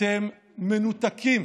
אתם מנותקים.